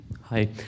Hi